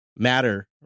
Matter